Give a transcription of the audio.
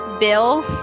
Bill